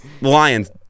Lions